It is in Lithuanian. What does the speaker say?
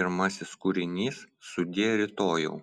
pirmasis kūrinys sudie rytojau